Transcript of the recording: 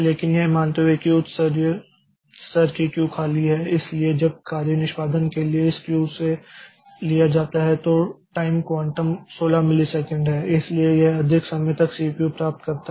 लेकिन यह मानते हुए कि उच्च स्तर की क्यू खाली है इसलिए जब कार्य निष्पादन के लिए इस क्यू से लिया जाता है तो टाइम क्वांटम 16 मिलीसेकंड है इसलिए यह अधिक समय तक सीपीयू प्राप्त करता है